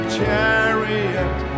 chariot